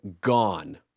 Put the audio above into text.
gone